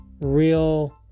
real